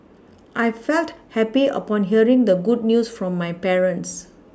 I felt happy upon hearing the good news from my parents